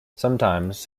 sometimes